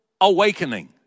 awakening